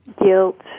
guilt